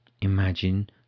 imagine